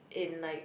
in like